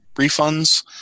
refunds